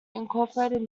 incorporated